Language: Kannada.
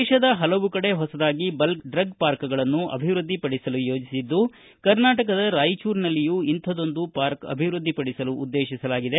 ದೇಶದ ಪಲವು ಕಡೆ ಹೊಸದಾಗಿ ಬಲ್ಕ ಡ್ರಗ್ ಪಾರ್ಕ್ಗಳನ್ನು ಅಭಿವೃದ್ದಿಪಡಿಸಲು ಯೋಜಿಸಿದ್ದು ಕರ್ನಾಟಕದ ರಾಯಚೂರಿನಲ್ಲಿಯೂ ಇಂತಹದೊಂದು ಪಾರ್ಕ್ ಅಭಿವೃದ್ಧಿಪಡಿಸಲು ಉದ್ದೇಶಿಸಲಾಗಿದೆ